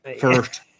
first